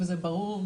וזה ברור,